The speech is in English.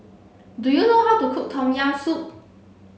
do you know how to cook tom yam soup